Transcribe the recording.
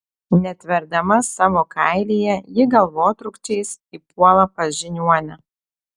netverdama savo kailyje ji galvotrūkčiais įpuola pas žiniuonę